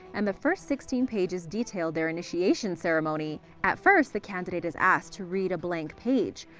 and the first sixteen pages detailed their initiation ceremony. at first, the candidate is asked to read a blank page.